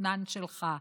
מתוכנן שלך.